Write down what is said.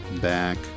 back